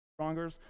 stronger